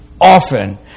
often